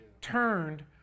turned